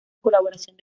colaboración